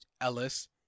Ellis